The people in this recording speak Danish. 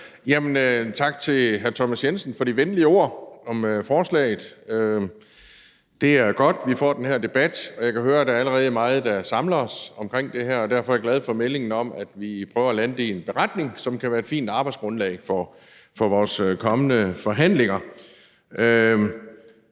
formand. Tak til hr. Thomas Jensen for de venlige ord om forslaget. Det er godt, vi får den her debat, og jeg kan høre, at der allerede er meget, der samler os her, og derfor er jeg glad for meldingen om, at vi prøver at lande det i en beretning, som kan være et fint arbejdsgrundlag for vores kommende forhandlinger.